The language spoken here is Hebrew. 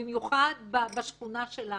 במיוחד בשכונה שלנו.